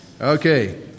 Okay